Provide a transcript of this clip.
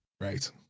Right